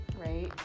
right